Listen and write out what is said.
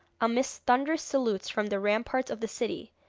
amidst thunderous salutes from the ramparts of the city,